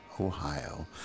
Ohio